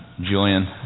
julian